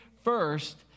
first